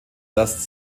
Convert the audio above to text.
das